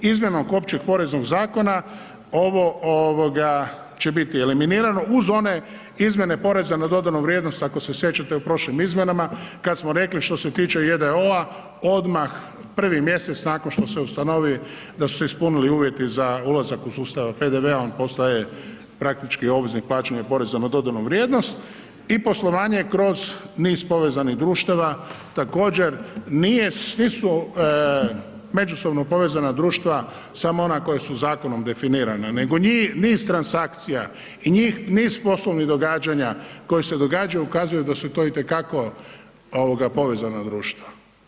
Izmjenom Općeg poreznog zakona ovo će biti eliminirano uz one izmjene poreza na dodanu vrijednost ako se sjećate u prošlim izmjenama kada smo rekli što se tiče j.d.o.-a odmah prvi mjesec nakon što se ustanovi da su se ispunili uvjeti za ulazak u sustav PDV-a on postaje praktički obveznik plaćanja poreza na dodanu vrijednost i poslovanje kroz niz povezanih društava također nije, svi su međusobno povezana društva samo ona koja su zakonom definiran nego niz transakcija i niz poslovnih događanja koja se događaju ukazuju da su to itekako povezana društva.